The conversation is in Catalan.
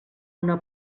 una